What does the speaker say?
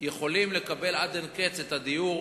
יכולים לקבל עד אין קץ את הדיור